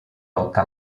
lotta